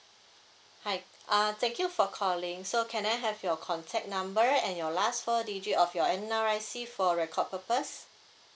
hi uh thank you for calling so can I have your contact number and your last four digit of your N_R_I_C for record purpose